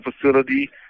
Facility